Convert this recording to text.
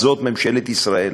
הזאת ממשלת ישראל?